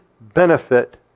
benefit